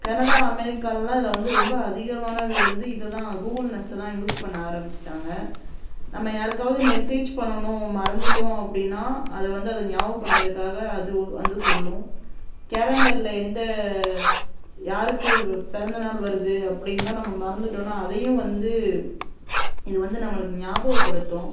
Canada அமெரிக்காலெலாம் இதில் வந்து ரொம்ப அதிகமான பேர் வந்து இதை தான் கூகுள் நெஸ்ட்டை தான் யூஸ் பண்ண ஆரமிச்சுட்டாங்க நம்ம யாருக்காவது மெசேஜ் பண்ணணும் மறந்துவிட்டோம் அப்படின்னா அதை வந்து அது ஞாபகப்படுத்துகிறக்காக அது வந்து சொல்லும் கேலண்டரில் எந்த யாருக்கு பிறந்தநாள் வருது அப்படின்லாம் நம்ம மறந்துவிட்டோன்னா அதையும் வந்து இது வந்து நம்மளுக்கு ஞாபகப்படுத்தும்